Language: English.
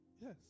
Yes